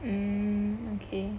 mm okay